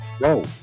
Whoa